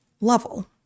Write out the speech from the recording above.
level